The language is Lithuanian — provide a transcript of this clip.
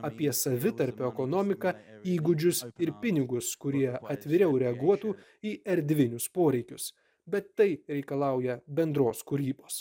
apie savitarpio ekonomiką įgūdžius ir pinigus kurie atviriau reaguotų į erdvinius poreikius bet tai reikalauja bendros kūrybos